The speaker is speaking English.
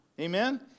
Amen